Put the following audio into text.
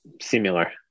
similar